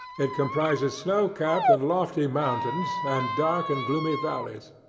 it comprises snow-capped and lofty mountains, and dark and gloomy valleys.